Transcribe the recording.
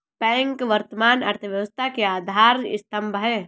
bank वर्तमान अर्थव्यवस्था के आधार स्तंभ है